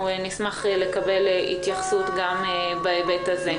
נשמח לקבל התייחסות גם בהיבט הזה.